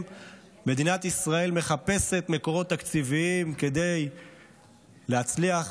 מדינת ישראל מחפשת מקורות תקציביים כדי להצליח